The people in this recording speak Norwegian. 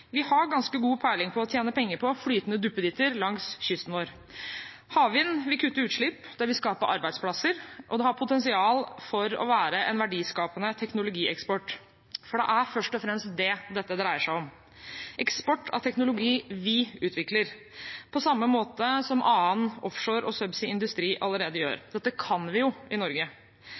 Vi har ganske god peiling på å tjene penger på flytende duppeditter langs kysten vår. Havvind vil kutte utslipp, det vil skape arbeidsplasser, og det har potensial til å være en verdiskapende teknologieksport. For det er først og fremst det dette dreier seg om – eksport av teknologi vi utvikler, på samme måte som annen offshore og subsea industri allerede gjør. Dette kan vi jo i Norge.